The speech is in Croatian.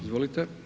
Izvolite.